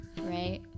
right